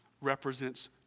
represents